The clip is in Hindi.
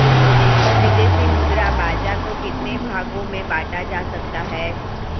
विदेशी मुद्रा बाजार को कितने भागों में बांटा जा सकता है?